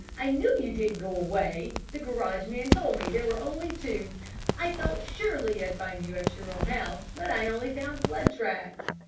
i knew you didn't go away! the garage man told me there were only two i thought surely i'd find you at your own house but i only found sled tracks.